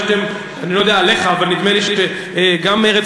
אני לא יודע עליך אבל נדמה לי שגם מרצ